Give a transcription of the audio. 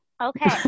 Okay